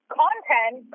content